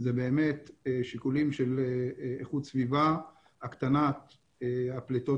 העיתוי של ההפסקה שלהן והצמידות שלהן להפעלת